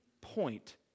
point